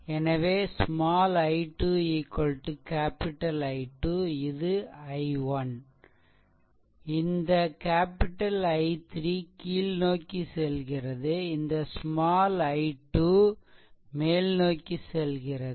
எனவே small i2 capital I2 இது i1 இந்த capital I3 கீழ்நோக்கி செல்கிறது இந்த small i2 மேல்நோக்கி செல்கிறது